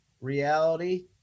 reality